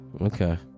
Okay